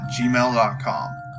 gmail.com